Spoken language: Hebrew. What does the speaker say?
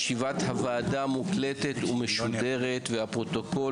ישיבת הוועדה מוקלטת ומשודרת והפרוטוקול